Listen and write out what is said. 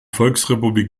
volksrepublik